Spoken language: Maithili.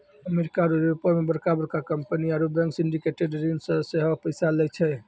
अमेरिका आरु यूरोपो मे बड़का बड़का कंपनी आरु बैंक सिंडिकेटेड ऋण से सेहो पैसा लै छै